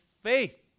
faith